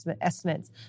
estimates